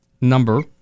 Number